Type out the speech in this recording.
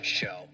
show